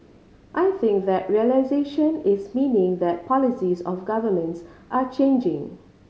I think that realisation is meaning that policies of governments are changing